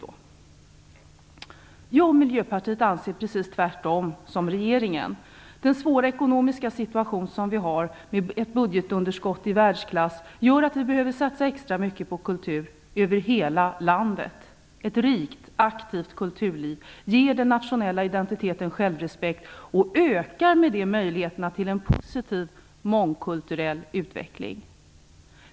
Jag och Miljöpartiet anser, precis tvärtemot vad regeringen anser, att den svåra ekonomiska situation vi har, med ett budgetunderskott i världsklass, gör att vi behöver satsa extra mycket på kultur över hela landet. Ett rikt aktivt kulturliv ger den nationella identiteten självrespekt och ökar därmed möjligheterna till en positiv och mångkulturell utveckling.